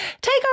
take